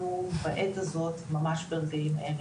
אנחנו ממש ברגעים אלו,